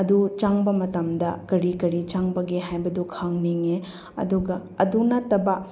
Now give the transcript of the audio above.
ꯑꯗꯨ ꯆꯪꯕ ꯃꯇꯝꯗ ꯀꯔꯤ ꯀꯔꯤ ꯆꯪꯕꯒꯦ ꯍꯥꯏꯕꯗꯨ ꯈꯪꯅꯤꯡꯉꯦ ꯑꯗꯨꯒ ꯑꯗꯨ ꯅꯠꯇꯕ